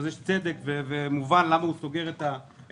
אז יש צדק ומובן למה הוא סוגר את העסק.